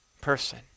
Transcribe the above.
person